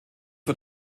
für